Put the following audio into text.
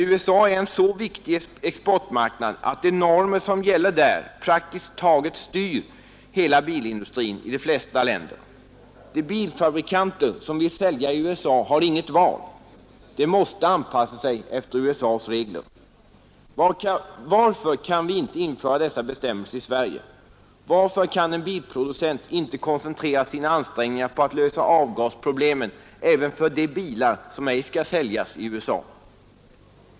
USA är en så viktig exportmarknad att de normer som gäller där praktiskt taget helt styr bilindustrin i de flesta länder. De bilfabrikanter som vill sälja i USA har inget val. De måste anpassa sig efter USA:s regler. Varför kan vi inte införa dessa bestämmelser i Sverige? Varför kan en bilproducent inte koncentrera sina ansträngningar på att lösa avgasproblemen även för de bilar som ej skall säljas i USA?